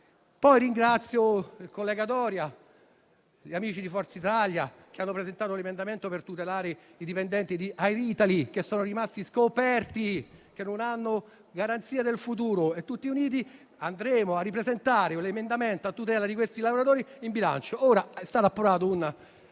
Forza Italia Berlusconi Presidente-UDC, che hanno presentato un emendamento per tutelare i dipendenti di Air Italy, che sono rimasti scoperti e non hanno garanzia del futuro. Tutti uniti andremo a ripresentare l'emendamento a tutela di questi lavoratori in bilancio. Ora è stato approvato un